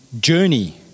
journey